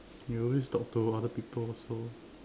you always talk to other people also